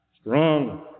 Strong